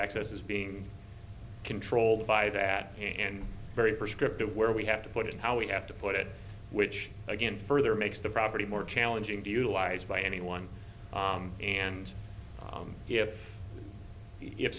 access is being controlled by that and very prescriptive where we have to put in how we have to put it which again further makes the property more challenging to utilize by anyone and if if